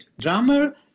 drummer